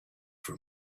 for